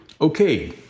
Okay